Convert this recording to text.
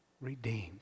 Redeemed